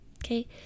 Okay